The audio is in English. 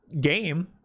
game